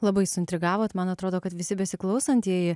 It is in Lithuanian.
labai suintrigavot man atrodo kad visi besiklausantieji